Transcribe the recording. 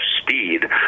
speed